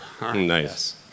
Nice